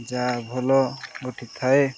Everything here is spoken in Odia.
ଯାହା ଭଲ ଘଟିଥାଏ